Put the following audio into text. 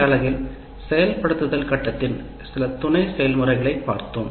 அமல் படுத்துதல் கட்டத்தின் சில துணை செயல்முறைகளைப் பார்த்தோம்